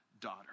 daughter